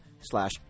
slash